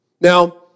Now